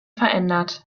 verändert